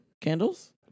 Candles